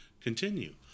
continue